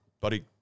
buddy